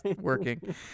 working